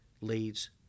leads